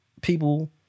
people